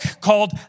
called